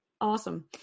awesome